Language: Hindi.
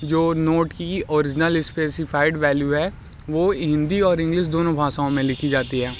जो नोट की ओरिजिनल इस्पेसिफ़ाईड वैल्यू है वो हिंदी और इंग्लिस दोनों भाषाओं में लिखी जाती है